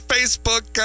Facebook